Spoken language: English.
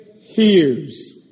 hears